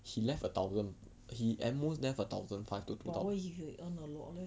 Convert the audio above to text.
he left a thousand he at most left a thousand five to two thousand